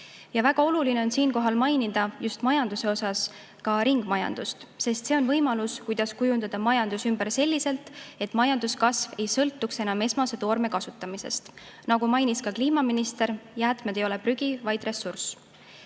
Väga oluline on siinkohal mainida just majanduse osas ka ringmajandust, sest see on võimalus, kuidas kujundada majandus ümber selliselt, et majanduskasv ei sõltuks enam esmase toorme kasutamisest. Nagu mainis ka kliimaminister, jäätmed ei ole prügi, vaid ressurss.